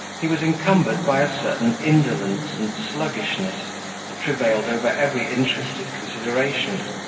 he was encumbered by a certain indolence and sluggishness that prevailed over every interested consideration,